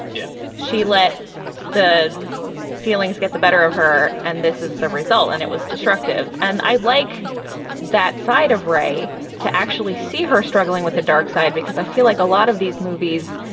yeah. she let the feelings get the better of her. and this is the result. and it was destructive. and i like that side of ray to actually see her struggling with the dark side because i feel like a lot of these movies,